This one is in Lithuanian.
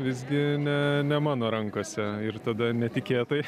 visgi ne ne mano rankose ir tada netikėtai